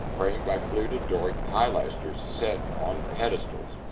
framed by fluted doric pilasters set on pedestals.